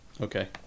Okay